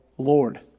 Lord